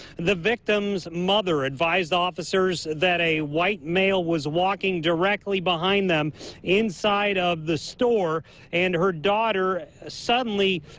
the victim's mother advised officers that a white male was walking directly behind them inside of the store and her daughter suddenly